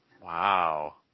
Wow